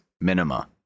Minima